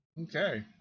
Okay